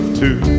two